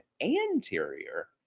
anterior